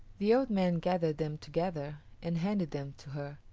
the old man gathered them together and handed them to her,